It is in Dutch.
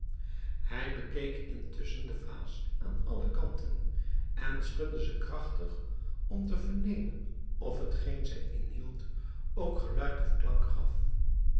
hij bekeek intusschen de vaas aan alle kanten en schudde ze krachtig om te vernemen of hetgeen zij inhield ook geluid of klank gaf